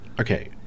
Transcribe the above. Okay